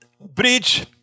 Bridge